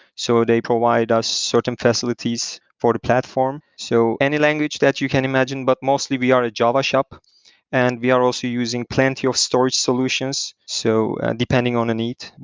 so they provide us certain facilities for the platform. so any language that you can imagine, but mostly we are a java shop and we are also using plenty of storage solutions. so depending on a need,